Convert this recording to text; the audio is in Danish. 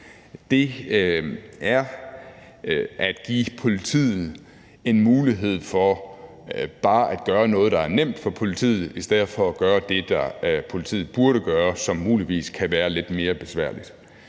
her er at give politiet en mulighed for bare at gøre noget, der er nemt for politiet, i stedet for at gøre det, politiet burde gøre, og som muligvis kan være lidt mere besværligt.